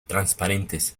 transparentes